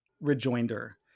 rejoinder